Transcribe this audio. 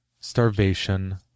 starvation